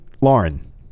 Lauren